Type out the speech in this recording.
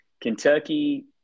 Kentucky